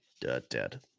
dead